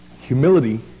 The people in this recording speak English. Humility